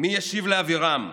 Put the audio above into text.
מי ישיב לאבירם?